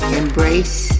embrace